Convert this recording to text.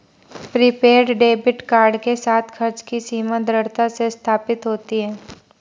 prepaid debit card के साथ, खर्च की सीमा दृढ़ता से स्थापित होती है